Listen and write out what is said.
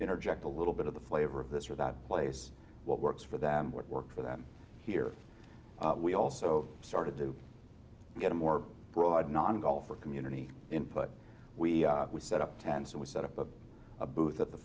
interject a little bit of the flavor of this or that place what works for them what works for them here we also started to get a more broad non golfers community input we set up ten so we set up a booth at the